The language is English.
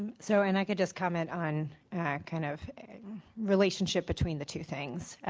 so and i could just comment on kind of relationship between the two things.